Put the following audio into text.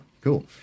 cool